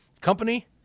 company